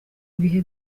ibihe